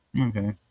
Okay